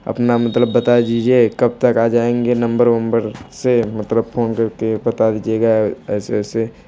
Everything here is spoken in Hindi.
अपना मतलब बता दीजिए कब तक आ जाएँगे नंबर वंबर से मतलब फोन करके बता दीजिएगा ऐसे वैसे